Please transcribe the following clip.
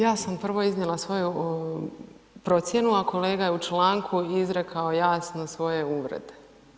Ja sam prvo iznijela svoju procjenu, a kolega je u članku izrekao jasno svoje uvrede.